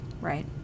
right